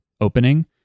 opening